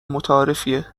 متعارفیه